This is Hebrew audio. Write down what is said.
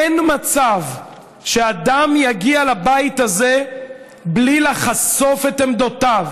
אין מצב שאדם יגיע לבית הזה בלי לחשוף את עמדותיו,